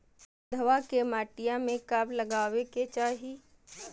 पौधवा के मटिया में कब लगाबे के चाही?